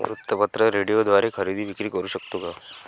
वृत्तपत्र, रेडिओद्वारे खरेदी विक्री करु शकतो का?